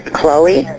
Chloe